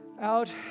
out